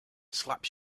slap